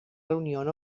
reunión